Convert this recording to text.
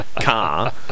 car